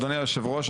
אדוני יושב הראש,